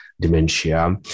dementia